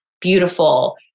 beautiful